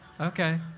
okay